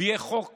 ויהיה חוק